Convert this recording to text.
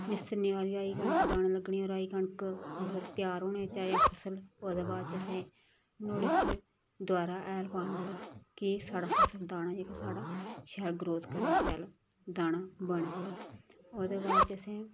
निस्सरने आह्ली होई कनक दानें लग्गने पर आई कनक मगर त्यार होने च आया फसल ओहदे बाद च असें नुआढ़े च दबारा हैल पाना कि साढ़ा फसल दाना जेह्का साढ़ा शैल ग्रोथ करै शैल दाना बनै ओह्दे बाद च असें